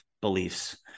beliefs